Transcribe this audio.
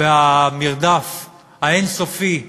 במרדף האין-סופי,